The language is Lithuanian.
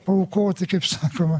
paaukoti kaip sakoma